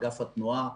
אגף התנועה.